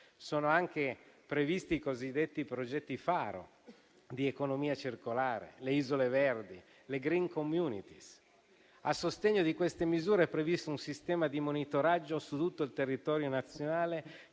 Sono previsti anche i cosiddetti progetti faro di economia circolare, le isole verdi, le *green community*. A sostegno di queste misure è previsto un sistema di monitoraggio su tutto il territorio nazionale